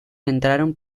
entraron